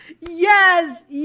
yes